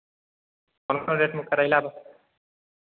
कोन कोन रेटमे करैला